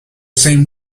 same